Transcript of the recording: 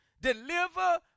Deliver